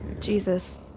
Jesus